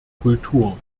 kultur